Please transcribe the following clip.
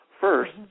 First